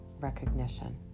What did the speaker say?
recognition